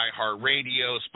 iHeartRadio